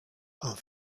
are